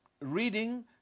reading